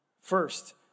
First